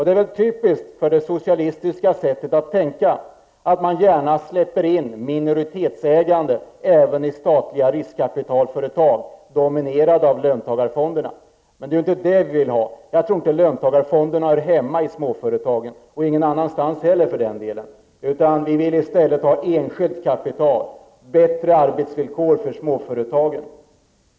Det är väl typiskt för det socialistiska sättet att tänka att man gärna släpper in minoritetsägande även i statliga riskkapitalföretag dominerade av löntagarfonderna. Men det är inte det vi vill ha. Jag tycker inte att löntagarfonderna hör hemma i småföretagen -- och inte någon annanstans heller. Vi vill i stället ha enskilt kapital och bättre arbetsvillkor för småföretagen.